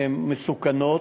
באמת מסוכנות.